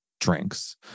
drinks